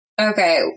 Okay